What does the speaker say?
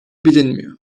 bilinmiyor